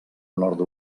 nord